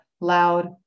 Loud